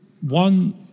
one